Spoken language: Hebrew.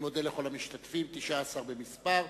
אני מודה לכל המשתתפים, 19 במספר.